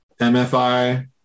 MFI